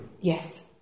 Yes